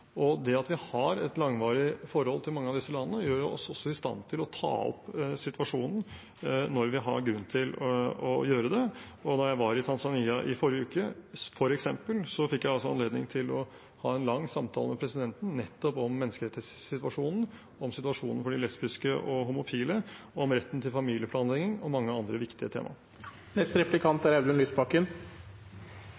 og det at vi har et langvarig forhold til mange av disse landene, gjør oss også i stand til å ta opp situasjonen når vi har grunn til å gjøre det. Da jeg var i Tanzania i forrige uke, f.eks., fikk jeg anledning til å ha en lang samtale med presidenten nettopp om menneskerettighetssituasjonen, om situasjonen for de lesbiske og homofile, om retten til familieplanlegging og mange andre viktige